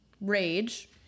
rage